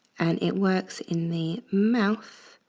and it works in the mouth